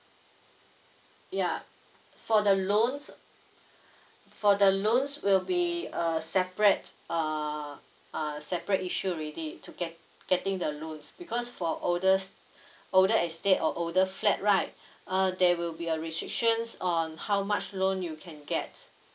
ya for the loans for the loans will be a separate uh uh separate issue already to get getting the loans because for oldest older estate or older flat right uh there will be a restrictions on how much loan you can get